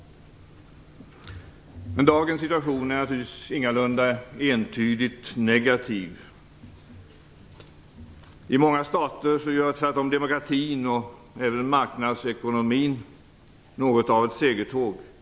Dagens situation är naturligtvis ingalunda entydigt negativ. I många stater gör tvärtom demokratin och även marknadsekonomin något av ett segertåg.